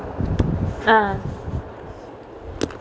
ah